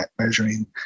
measuring